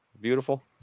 beautiful